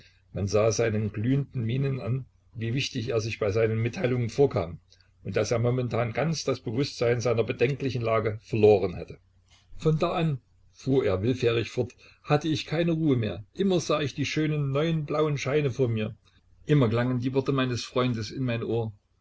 man sah seinen glühenden mienen an wie wichtig er sich bei seinen mitteilungen vorkam und daß er momentan ganz das bewußtsein seiner bedenklichen lage verloren hatte von da an fuhr er willfährig fort hatte ich keine ruhe mehr immer sah ich die schönen neuen blauen scheine vor mir immer klangen die worte meines freundes in mein ohr